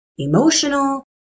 emotional